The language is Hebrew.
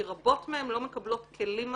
כי רבות מהן לא מקבלות כלים מספיקים.